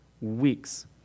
weeks